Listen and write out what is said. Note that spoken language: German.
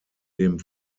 dem